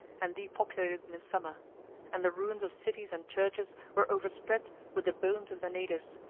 and depopulated in a summer and the ruins of cities and churches were overspread with the bones of the natives,